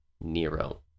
Nero